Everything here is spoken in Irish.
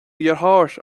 dheartháir